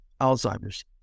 Alzheimer's